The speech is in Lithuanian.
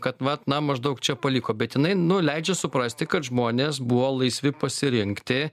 kad vat na maždaug čia paliko bet jinai nu leidžia suprasti kad žmonės buvo laisvi pasirinkti